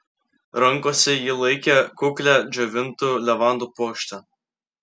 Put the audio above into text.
rankose ji laikė kuklią džiovintų levandų puokštę